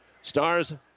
Stars